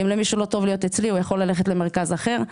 אם למישהו לא טוב להיות אצלי - הוא יכול ללכת למרכז אחר.